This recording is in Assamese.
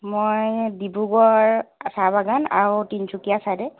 মই ডিব্ৰুগড় চাহ বাগান আৰু তিনিচুকীয়া চাইডে